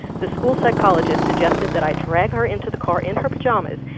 the school psychologist suggested that i drag her into the car, in her pajamas,